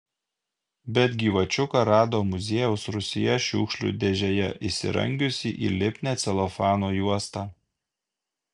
bet gyvačiuką rado muziejaus rūsyje šiukšlių dėžėje įsirangiusį į lipnią celofano juostą